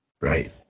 Right